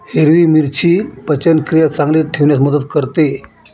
हिरवी मिरची पचनक्रिया चांगली ठेवण्यास मदत करते